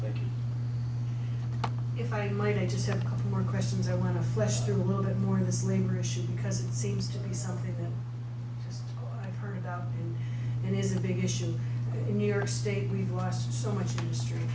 buerkle if i might i just have a couple more questions i want to flesh through a little bit more this labor issue because it seems to be something that i've heard about and is a big issue in new york state we have lost so